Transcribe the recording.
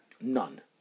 None